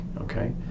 okay